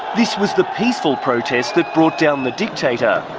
this was the peaceful protest that brought down the dictator.